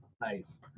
Nice